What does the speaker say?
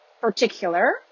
particular